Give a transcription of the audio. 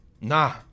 Nah